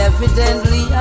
Evidently